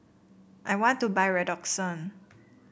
I want to buy Redoxon